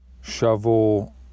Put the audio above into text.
shovel